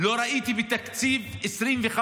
לא ראיתי בתקציב 2025,